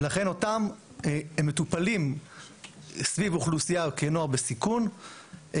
ולכן אותם מטופלים סביב האוכלוסייה כנוער בסיכון.